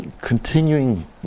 continuing